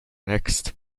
next